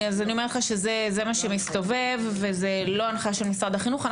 אני אומרת שזה מה שמסתובב וזו לא הנחייה של משרד החינוך.